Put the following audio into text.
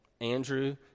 Andrew